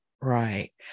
right